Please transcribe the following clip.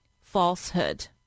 falsehood